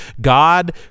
God